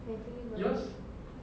battery berat